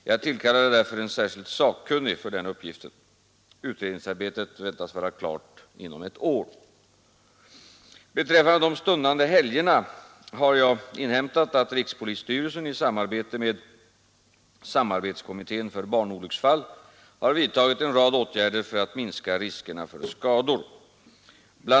Jag tillkallade därför en särskild sakkunnig för denna uppgift. Utredningsarbetet väntas vara klart inom ett år. Beträffande de stundande helgerna har jag inhämtat att rikspolisstyrelsen i samarbete med samarbetskommittén för barnolycksfall har vidtagit en rad åtgärder för att minska riskerna för skador. BI.